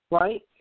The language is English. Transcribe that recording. right